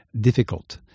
difficult